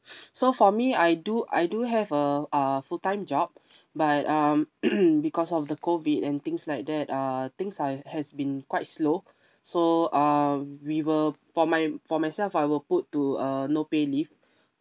so for me I do I do have a uh full time job but um because of the COVID and things like that uh things I has been quite slow so uh we were for my for myself I were put to a no pay leave